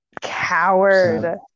Coward